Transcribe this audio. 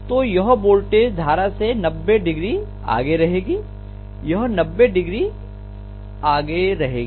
तो यह वोल्टेज धारा से 90ο आगे रहेगी यह 90ο आगे रहेगी